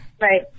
Right